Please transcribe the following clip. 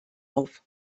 auf